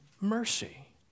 mercy